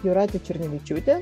jūratė černevičiūtė